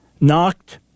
knocked